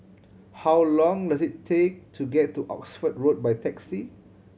how long does it take to get to Oxford Road by taxi